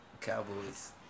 Cowboys